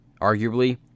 arguably